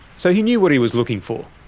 so he knew what he was looking for.